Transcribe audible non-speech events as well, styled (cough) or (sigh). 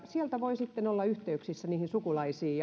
sieltä voi sitten olla yhteyksissä sukulaisiin (unintelligible)